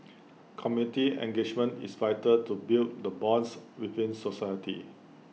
committee engagement is vital to build the bonds within society